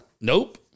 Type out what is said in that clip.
Nope